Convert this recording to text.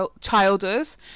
Childers